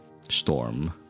Storm